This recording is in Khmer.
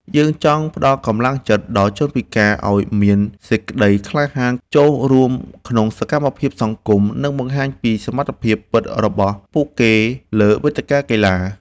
យើងចង់ផ្ដល់កម្លាំងចិត្តដល់ជនពិការឱ្យមានសេចក្ដីក្លាហានចូលរួមក្នុងសកម្មភាពសង្គម និងបង្ហាញពីសមត្ថភាពពិតរបស់ពួកគេលើវេទិកាកីឡា។